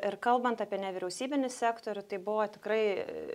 ir kalbant apie nevyriausybinį sektorių tai buvo tikrai